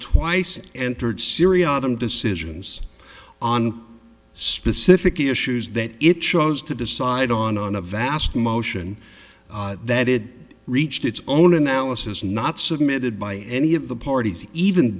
twice entered syria autumn decisions on specific issues that it chose to decide on a vast motion that it reached its own analysis not submitted by any of the parties even